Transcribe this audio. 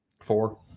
four